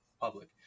public